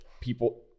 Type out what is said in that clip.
people